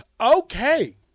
Okay